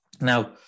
Now